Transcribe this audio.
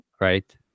right